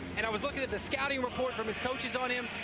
and i was looking at the scouting report from his coaches on him,